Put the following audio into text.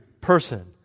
person